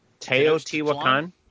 Teotihuacan